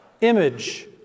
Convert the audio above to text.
Image